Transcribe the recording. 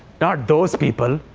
not those people.